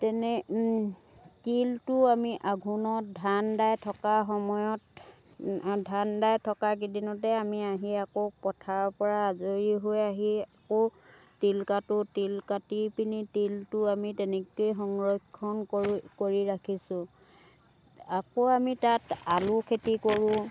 তেনে তিলটোও আমি আঘোণত ধান দাই থকা সময়ত ধান দাই থকা কেইদিনতে আমি আহি আকৌ পথাৰৰ পৰা আজৰি হৈ আহি আকৌ তিল কাটো তিল কাটিপিনি তিলটো আমি তেনেকেই সংৰক্ষণ কৰোঁ কৰি ৰাখিছোঁ আকৌ আমি তাত আলু খেতি কৰোঁ